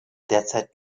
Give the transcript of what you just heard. derzeit